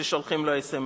כששולחים לו אס.אם.אס.